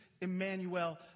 Emmanuel